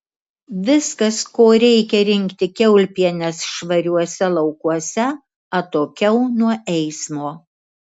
viskas ko reikia rinkti kiaulpienes švariuose laukuose atokiau nuo eismo